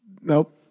Nope